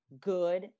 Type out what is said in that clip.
good